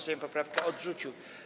Sejm poprawkę odrzucił.